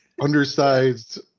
undersized